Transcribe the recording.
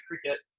cricket